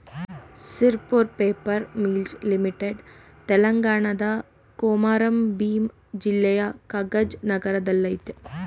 Sirpur paper mills limited ತೆಲಂಗಾಣದ ಕೊಮಾರಂ ಭೀಮ್ ಜಿಲ್ಲೆಯ ಕಗಜ್ ನಗರದಲ್ಲಯ್ತೆ